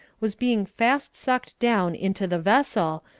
was being fast sucked down into the vessel,